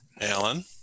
Alan